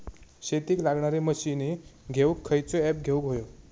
शेतीक लागणारे मशीनी घेवक खयचो ऍप घेवक होयो?